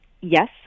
Yes